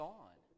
on